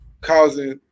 causing